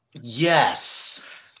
Yes